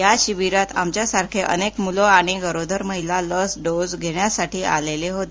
या शिबिरात आमच्या सारखे अनेक मुलं आणि गरोदर महिला लस डोस घेण्यासाठी आलेले होते